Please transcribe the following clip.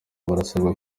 barasabwa